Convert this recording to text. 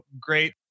great